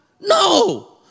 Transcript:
No